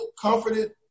Comforted